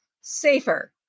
safer